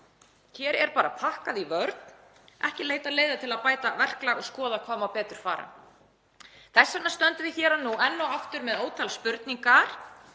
Hér er bara pakkað í vörn, ekki leitað leiða til að bæta verklag og skoða hvað má betur fara. Þess vegna stöndum við hér enn og aftur með ótal spurningar.